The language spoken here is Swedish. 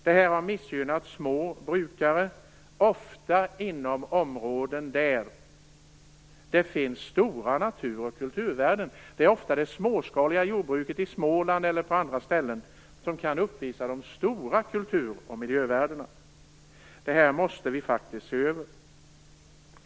Detta har missgynnat små brukare, ofta inom områden där det finns stora natur och kulturvärden. Det är ofta det småskaliga jordbruket i Småland eller på andra ställen som kan uppvisa de stora kultur och miljövärdena. Detta måste vi faktiskt se över.